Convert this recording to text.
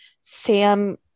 Sam